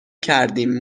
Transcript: کردیم